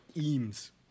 Eames